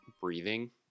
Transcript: breathing